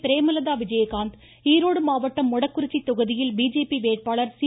பிரேமலதா விஜயகாந்த் ஈரோடு மாவட்டம் மொடக்குறிச்சி தொகுதியில் பிஜேபி வேட்பாளர் சி